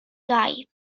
gaib